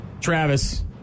Travis